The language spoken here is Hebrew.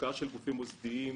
ההשקעה של גופים מוסדיים,